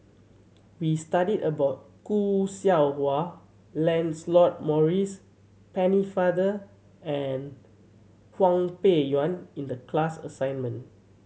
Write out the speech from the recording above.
we studied about Khoo Seow Hwa Lancelot Maurice Pennefather and Hwang Peng Yuan in the class assignment